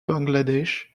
bangladesh